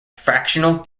fractional